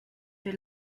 rely